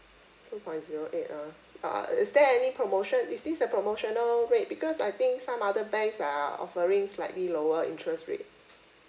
two point zero eight ah uh uh i~ is there any promotion is this a promotional rate because I think some other banks are offering slightly lower interest rate